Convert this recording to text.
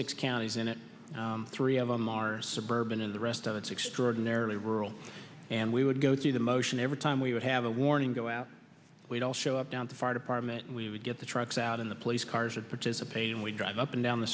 six counties in it three of them are suburban and the rest of it's extraordinarily rural and we would go through the motions every time we would have a warning go out we'd all show up down to fire department and we would get the trucks out in the police cars would participate and we drive up and down the